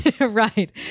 right